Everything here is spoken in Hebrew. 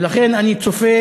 ולכן אני צופה